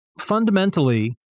Fundamentally